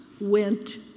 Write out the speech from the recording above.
went